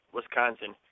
Wisconsin